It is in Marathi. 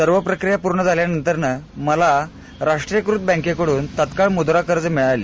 सर्व प्रक्रिया पूर्ण झाल्यानंतर मला राष्ट्रीयकृत बँकेकडून तात्काळ मुद्रा कर्ज मिळाले